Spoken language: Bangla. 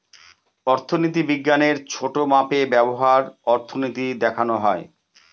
অর্থনীতি বিজ্ঞানের ছোটো মাপে ব্যবহার অর্থনীতি দেখানো হয়